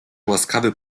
łaskawy